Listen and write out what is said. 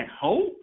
hope